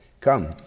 Come